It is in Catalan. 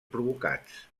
provocats